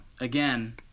again